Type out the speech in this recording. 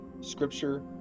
scripture